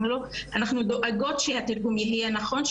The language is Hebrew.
ואנחנו מודאגות מכך שהתרגום יהיה לא נכון,